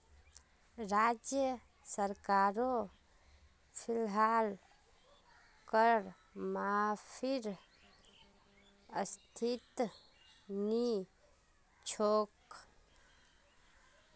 राज्य सरकारो फिलहाल कर माफीर स्थितित नी छोक